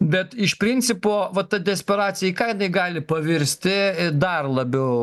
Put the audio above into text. bet iš principo va ta desperacija į ką jinai gali pavirsti dar labiau